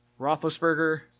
Roethlisberger